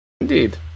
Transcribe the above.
indeed